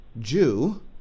Jew